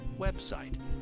website